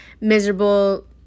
miserable